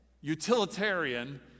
utilitarian